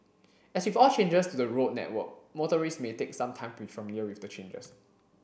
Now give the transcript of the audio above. as with all changes to the road network motorists may take some time to be familiar with the changes